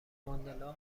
ماندلا